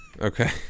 Okay